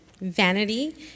vanity